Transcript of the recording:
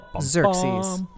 Xerxes